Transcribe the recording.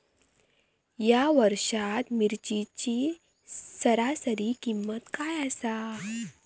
या वर्षात मिरचीची सरासरी किंमत काय आसा?